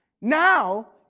Now